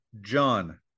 John